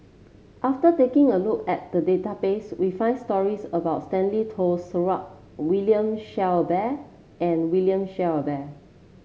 after taking a look at the database we found stories about Stanley Toft Stewart William Shellabear and William Shellabear